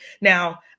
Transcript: Now